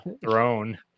throne